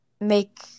make